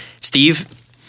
Steve